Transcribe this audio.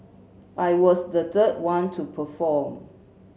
I was the third one to perform